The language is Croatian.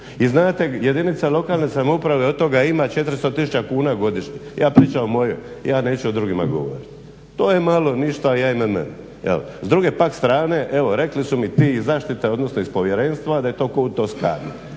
I znate, jedinica lokalne samouprave od toga ima 400 tisuća kuna godišnje, ja pričam o mojoj, ja neću o drugima govorit. To je malo, ništa i ajme meni. S druge pak strane, evo rekli su mi ti iz zaštite, odnosno iz povjerenstva da je to ko u Toskani,